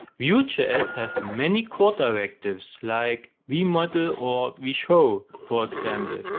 vue js have many core directives, like v-model or v-show for example,